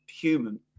human